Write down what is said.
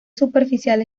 superficial